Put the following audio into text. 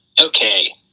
Okay